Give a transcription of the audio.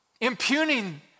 Impugning